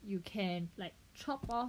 you can like chop off